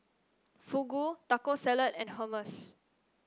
Fugu Taco Salad and Hummus